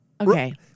Okay